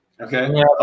Okay